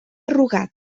rugat